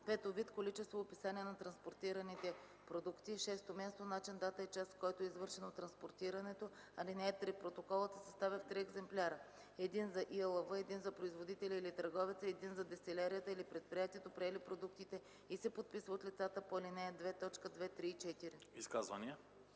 5. вид, количество и описание на транспортираните продукти; 6. място, начин, дата и час, в който е извършено транспортирането. (3) Протоколът се съставя в три екземпляра – един за ИАЛВ, един за производителя или търговеца и един за дестилерията или предприятието, приели продуктите, и се подписва от лицата по ал. 2, т. 2, 3 и